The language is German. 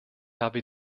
habe